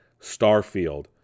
Starfield